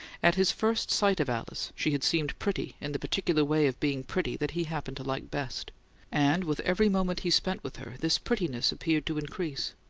at his first sight of alice she had seemed pretty in the particular way of being pretty that he happened to like best and, with every moment he spent with her, this prettiness appeared to increase.